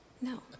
no